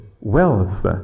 wealth